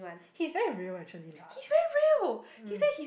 he's very real actually lah